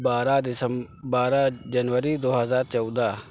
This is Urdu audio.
بارہ بارہ جنوری دو ہزار چودہ